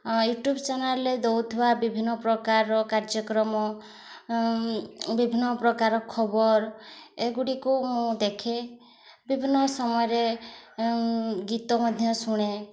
YouTube ଚ୍ୟାନେଲ୍ରେ ଦେଉଥିବା ବିଭିନ୍ନପ୍ରକାର କାର୍ଯ୍ୟକ୍ରମ ବିଭିନ୍ନପ୍ରକାର ଖବର ଏଗୁଡ଼ିକୁ ମୁଁ ଦେଖେ ବିଭିନ୍ନ ସମୟରେ ଗୀତ ମଧ୍ୟ ଶୁଣେ